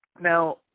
Now